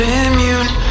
immune